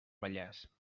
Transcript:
vallès